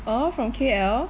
orh from